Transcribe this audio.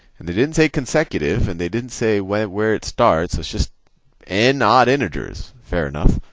and they didn't say consecutive, and they didn't say where it where it starts. it's just n odd integers. fair enough.